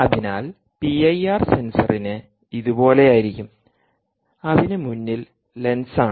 അതിനാൽ P I R സെൻസറിന് ഇതുപോലെയായിരിക്കും അതിന് മുന്നിൽ ലെൻസാണ്